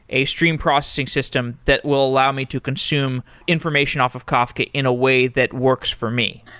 a stream processing system that will allow me to consume information off of kafka in a way that works for me.